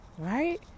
Right